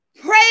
Praise